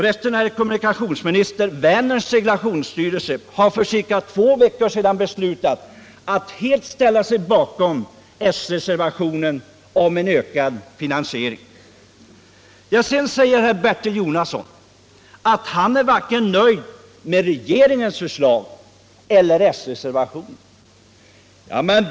Vänerns seglationsstyrelse har för resten, herr kommunikationsminister, för ca två veckor sedan beslutat att helt ställa sig bakom s-reservationen om en ökad finansiering. Herr Bertil Jonasson säger att han inte är nöjd med vare sig regeringens förslag eller s-reservationen.